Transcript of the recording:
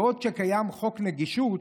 בעוד שקיים חוק נגישות,